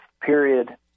period